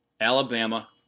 Alabama